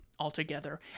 altogether